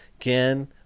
Again